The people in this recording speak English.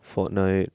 fortnite